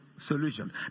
solution